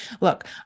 Look